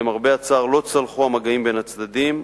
למרבה הצער לא צלחו המגעים בין הצדדים,